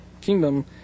kingdom